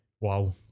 wow